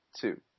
two